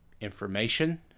information